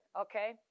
okay